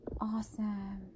Awesome